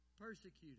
persecuted